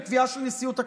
בקביעה של נשיאות הכנסת,